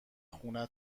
خونه